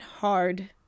hard